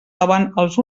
als